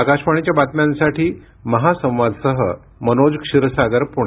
आकाशवाणीच्या बातम्यांसाठी महासंवादसह मनोज क्षीरसागर पुणे